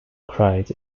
cried